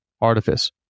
Artifice